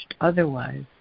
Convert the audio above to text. otherwise